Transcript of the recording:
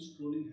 scrolling